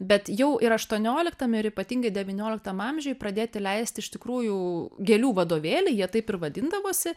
bet jau ir aštuonioliktam ir ypatingai devynioliktam amžiuj pradėti leisti iš tikrųjų gėlių vadovėliai jie taip ir vadindavosi